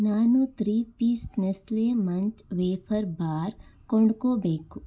ನಾನು three piece Nestle Munch wafer bar ಕೊಂಡ್ಕೊಳ್ಬೇಕು